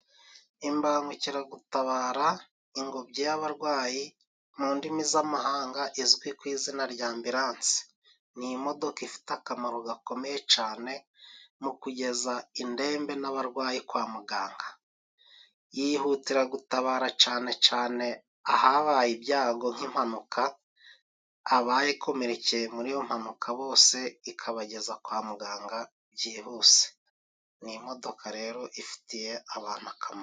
Imbangukiragutabara : Ingobyi y'abarwayi mu ndimi z'amahanga izwi ku izina rya "ambilanse" ni imodoka ifite akamaro gakomeye cane mu kugeza indembe n'abarwayi kwa muganga. Yihutira gutabara cane cane ahabaye ibyago nk'impanuka, abayikomerekeye muri iyo mpanuka bose ikabageza kwa muganga byihuse. Ni imodoka rero ifitiye abantu akamaro.